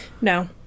No